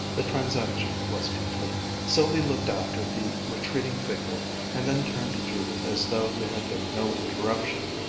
the transaction was complete. sylvia looked after the retreating figure and then turned to judith as though there had been no interruption.